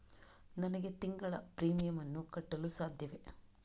ನನಗೆ ತಿಂಗಳ ಪ್ರೀಮಿಯಮ್ ಅನ್ನು ಕಟ್ಟಲು ಸಾಧ್ಯವೇ?